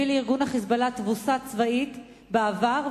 הביא לארגון "חיזבאללה" תבוסה צבאית בעבר,